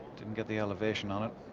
didn't get the elevation on it